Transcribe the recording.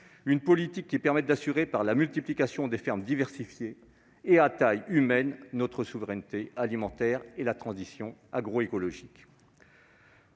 une politique qui permette d'assurer, par la multiplication de fermes diversifiées et à taille humaine, notre souveraineté alimentaire et la transition agroécologique.